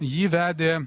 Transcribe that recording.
jį vedė